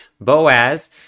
Boaz